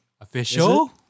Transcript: Official